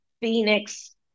Phoenix